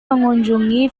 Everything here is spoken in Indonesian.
mengunjungi